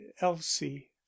elsie